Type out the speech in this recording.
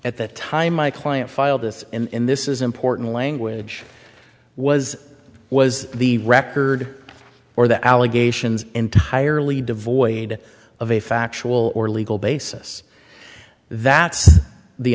at that time my client filed this in this is important language was was the record or the allegations entirely devoid of a factual or legal basis that's the